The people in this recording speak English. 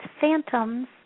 phantoms